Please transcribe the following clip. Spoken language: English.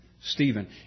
Stephen